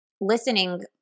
listening